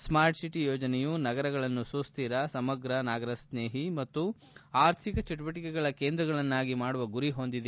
start city ಯೋಜನೆಯು ನಗರಗಳ ಸುಸ್ವಿರ ಸಮಗ್ರ ನಾಗರಿಕನ್ನೇಹಿ ಹಾಗೂ ಆರ್ಥಿಕ ಚಟುವಟಿಕೆಗಳ ಕೇಂದ್ರಗಳನ್ನಾಗಿ ಮಾಡುವ ಗುರಿ ಹೊಂದಿದೆ